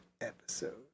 Episode